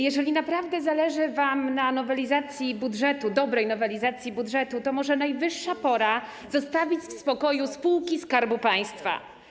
Jeżeli naprawdę zależy wam na nowelizacji budżetu, dobrej nowelizacji budżetu, to może najwyższa pora zostawić w spokoju spółki Skarbu Państwa.